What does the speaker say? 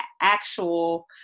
actual